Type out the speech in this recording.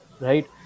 right